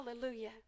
Hallelujah